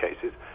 cases